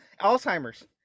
Alzheimer's